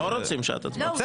לא רוצים שעת הצבעה קבועה.